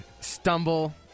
stumble